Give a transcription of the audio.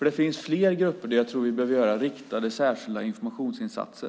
Det finns fler grupper för vilka jag tror att vi behöver göra riktade särskilda informationsinsatser.